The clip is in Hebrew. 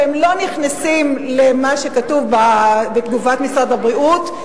שהם לא נכנסים למה שכתוב בתגובת משרד הבריאות,